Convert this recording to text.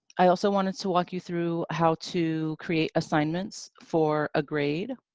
i also wanted to walk you through how to create assignments for a grade.